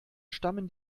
stammen